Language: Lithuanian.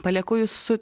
palieku jus su